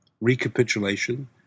recapitulation